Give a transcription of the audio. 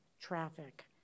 traffic